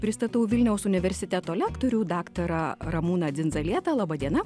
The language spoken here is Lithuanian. pristatau vilniaus universiteto lektorių daktarą ramūną dzindzalietą laba diena